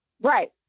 Right